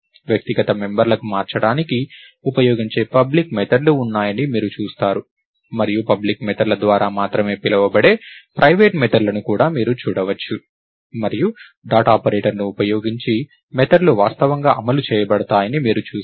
వ్యక్తిగత మెంబర్లను మార్చటానికి ఉపయోగించే పబ్లిక్ మెథడ్ లు ఉన్నాయని మీరు చూస్తారు మరియు పబ్లిక్ మెథడ్ ల ద్వారా మాత్రమే పిలవబడే ప్రైవేట్ మెథడ్ లను కూడా మీరు చూడవచ్చు మరియు డాట్ ఆపరేటర్ని ఉపయోగించి మెథడ్ లు వాస్తవంగా అమలు చేయబడతాయని మీరు చూస్తారు